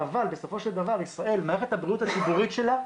אבל בסופו של דבר מערכת הבריאות הציבורית של ישראל,